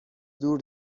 دور